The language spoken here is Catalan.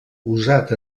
usat